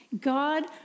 God